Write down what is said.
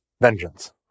vengeance